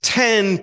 ten